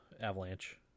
avalanche